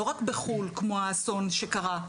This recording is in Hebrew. לא רק בחו"ל כמו האסון שקרה,